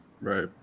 right